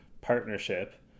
partnership